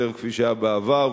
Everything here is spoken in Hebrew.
כפי שהיה בעבר,